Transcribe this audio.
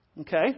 Okay